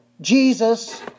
Jesus